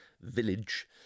village